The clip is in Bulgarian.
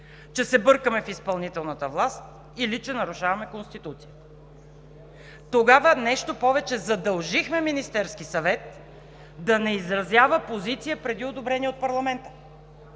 че се бъркаме в изпълнителната власт или че нарушаваме Конституцията. Тогава, нещо повече, задължихме Министерския съвет да не изразява позиция преди одобрение от парламента.